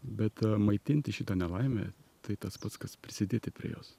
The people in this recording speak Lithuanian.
bet maitinti šitą nelaimę tai tas pats kas prisidėti prie jos